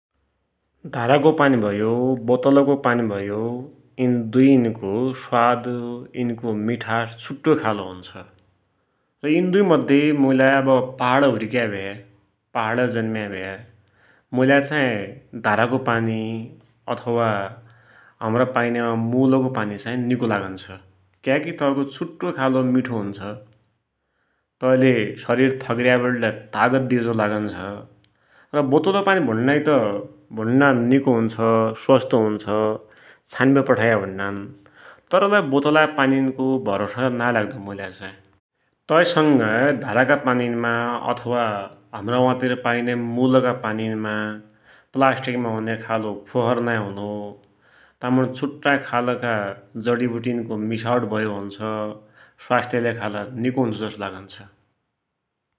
धाराको पानी भयो, बोतलको पानी भयो यिन दुइको स्वाद, मिठास छुट्टोइ खालको हुन्छ, यिन दुइ मध्ये मुइलाइ आब पहाड हुर्क्या भ्या, पहाडै जन्म्या भ्या, मुइलाइ चाही धाराको पानी अथवा हमरा वा पाइन्य मुलको पानी निको लागुन्छ, क्याकी तैको छुट्टोइ खालको मिठो हुन्छ, तैले सरिर थगिर्यालै तागत दिया झो लागुन्छ, र बोतलको पानी भुण्णाकि त भुण्णान निको हुन्छ, छानिबटि पठाया भुण्णान, तरलै बोतलका पानीनको भर नाइँ लाग्दो मुइ लाइ चाहि, तै संगै धाराका पानीनमा अथवा हमरा वा तिर पाइन्या मुलका पानीमा प्लास्टिक मा हुन्या खालको फोहर नाइँ हुनो, तामुणि छुट्टाइ खालका जडिबुटीनुको मिसावट भया हुन्छ।